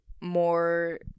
more